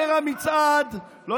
בבוקר המצעד, תדבר, למה אתה צועק?